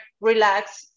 relax